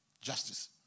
Justice